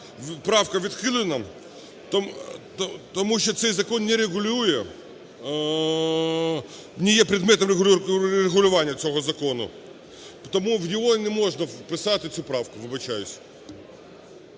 правка відхилена, тому що цей закон не регулює… не є предметом регулювання цього закону. Тому в нього не можна вписати цю правку, вибачаюсь.